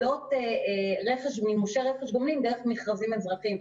מקבלות מימושי רכש גומלין דרך מכרזים אזרחיים.